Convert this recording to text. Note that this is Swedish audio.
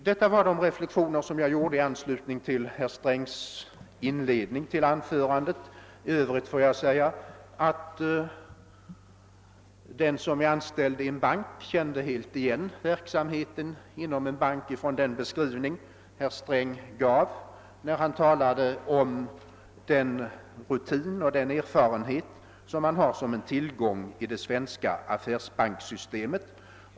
Detta var de reflexioner som jag gjorde i anslutning till herr Strängs inledning av sitt anförande. I övrigt kände den som är anställd i en bank helt igen sig när han hörde den beskrivning herr Sträng gav av den rutin och den erfarenhet, som utgör värdefulla tillgångar i det svenska affärsbankssystemet.